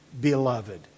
beloved